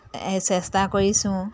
চেষ্টা কৰিছোঁ